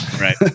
Right